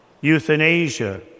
euthanasia